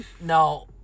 No